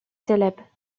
célèbes